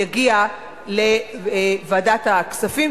יגיע לוועדת הכספים,